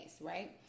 right